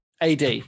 AD